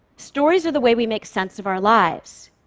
stories are the way we make sense of our lives.